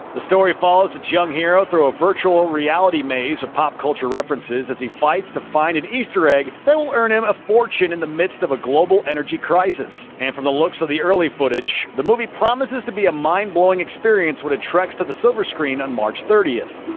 the story follows its young hero through a virtual reality maze of pop culture references as he fights to find an easter egg that will earn him a fortune in the midst of a global energy crisis. and from the looks ah of early footage, the movie promises to be a mind-blowing experience when it treks to the silver screen on march thirtieth.